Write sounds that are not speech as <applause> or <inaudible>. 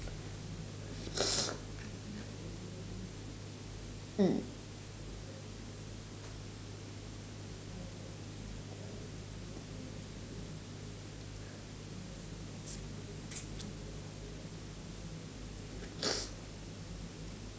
<noise> mm